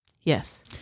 Yes